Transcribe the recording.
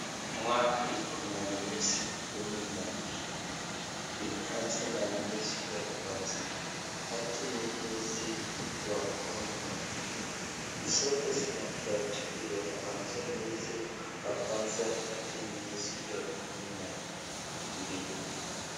Mwaka iko na miezi kumi na mbili. Inaanza na mwezi ya kwanza hadi mwezi wa kumi na mbili. Zote zinafuatiliwa kuanzia mwezi wa kwanza hadi mwezi ya kumi na mbili.